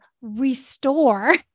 restore